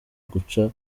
guca